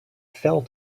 fell